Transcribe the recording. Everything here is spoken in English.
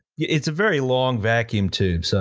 yeah it's a very long vacuum tube, so,